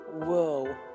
Whoa